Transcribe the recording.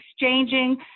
exchanging